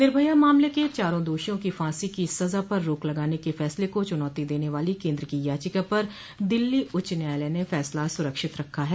निर्भया मामले के चारों दोषियों की फांसी की सजा पर रोक लगाने के फैसले को चुनौती देने वाली केन्द्र की याचिका पर दिल्ली उच्च न्यायालय ने फैसला सुरक्षित रखा है